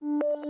more